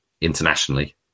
internationally